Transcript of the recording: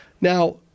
now